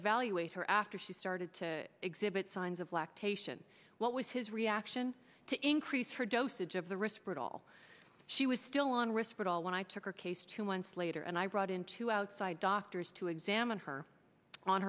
evaluate her after she started to exhibit signs of lactation what was his reaction to increase her dosage of the risk brittle she was still on risk but all when i took her case two months later and i brought in to outside doctors to examine her on